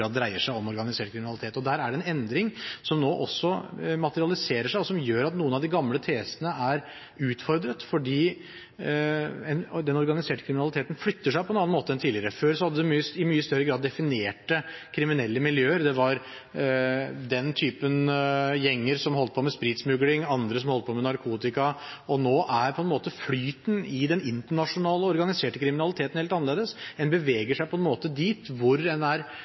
dreier seg om organisert kriminalitet. Der er det en endring, som nå også materialiserer seg, og som gjør at noen av de gamle tesene er utfordret – fordi den organiserte kriminaliteten flytter seg på en annen måte enn tidligere. Før hadde man i mye større grad definerte kriminelle miljøer. Det var den typen gjenger som holdt på med spritsmugling, og andre som holdt på med narkotika. Nå er på en måte flyten i den internasjonale organiserte kriminaliteten helt annerledes. En beveger seg på en måte dit hvor det er